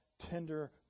tender